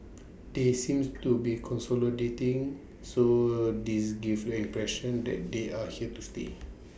they seems to be consolidating so this gives impression that they are here to stay